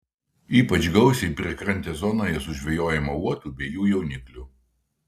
ypač gausiai priekrantės zonoje sužvejojama uotų bei jų jauniklių